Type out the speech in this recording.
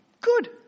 good